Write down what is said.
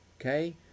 okay